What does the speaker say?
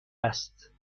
است